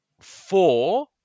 four